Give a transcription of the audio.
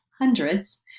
hundreds